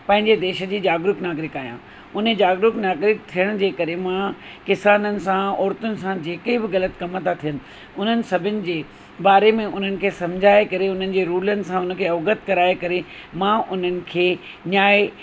पंहिंजे देश जी जागरुक नागरिक आहियां हुन जागरुक नागरिक थियण जे करे मां किसाननि सां औरतुनि सां जेके बि ग़लति कमु था थियनि उन्हनि सभिनि जे बारे में उन्हनि खे समुझाए करे उन्हनि जे रुलनि सां हुनखे अवगत कराए करे मां उन्हनि खे न्याय